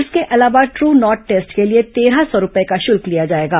इसके अलावा द्र नॉट टेस्ट के लिए तेरह सौ रूपये का शुल्क लिया जाएगा